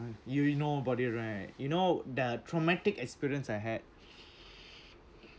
you you know about it right you know the traumatic experience I had